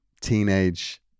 teenage